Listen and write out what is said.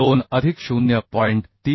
2 अधिक 0